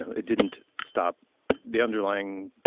it didn't stop the underlying